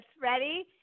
ready